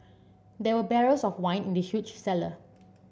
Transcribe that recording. there were barrels of wine in the huge cellar